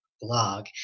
blog